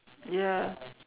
ya